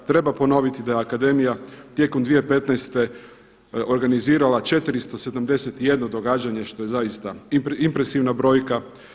Treba ponoviti da je akademija tijekom 2015. organizirala 471 događanje što je zaista impresivna brojka.